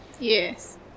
Yes